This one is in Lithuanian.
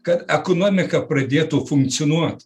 kad ekonomika pradėtų funkcionuot